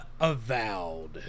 Avowed